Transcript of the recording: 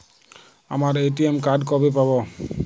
আমার ATM card কবে পাব?